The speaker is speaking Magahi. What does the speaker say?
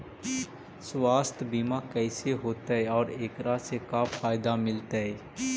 सवासथ बिमा कैसे होतै, और एकरा से का फायदा मिलतै?